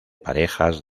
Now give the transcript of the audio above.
parejas